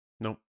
Nope